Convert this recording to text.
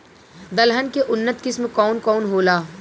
दलहन के उन्नत किस्म कौन कौनहोला?